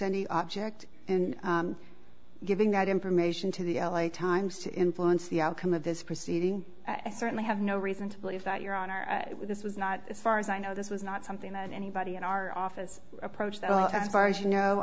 any object in giving that information to the l a times to influence the outcome of this proceeding i certainly have no reason to believe that your honor this was not as far as i know this was not something that anybody in our office approached that well as far as you know